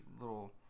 little